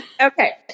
Okay